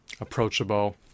approachable